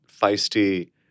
feisty